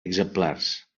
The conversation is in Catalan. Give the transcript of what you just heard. exemplars